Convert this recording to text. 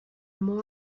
more